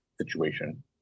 situation